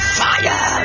fire